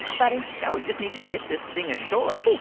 buddy now we just need to get this thing ashore oh,